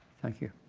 thank you.